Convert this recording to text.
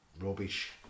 rubbish